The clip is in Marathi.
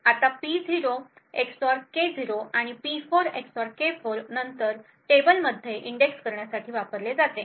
आता हे P0 एक्सऑर K0 आणि P4 XOR K4 नंतर टेबलमध्ये इंडेक्स करण्यासाठी वापरले जाते